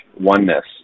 oneness